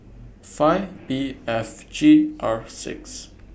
five P F G R six